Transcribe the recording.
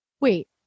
wait